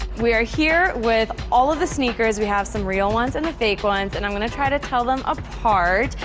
we are here with all of the sneakers. we have some real ones and the fake ones, and i'm gonna try to tell them apart.